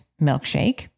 milkshake